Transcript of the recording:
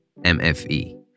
MFE